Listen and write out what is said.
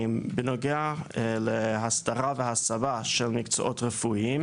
בנוגע להסדרה והסבה של מקצועות רפואיים